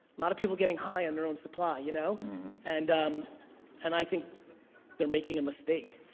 lot of people getting high on their own supply you know and um and i think they're making a mistake.